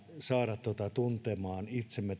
saada tuntemaan itsemme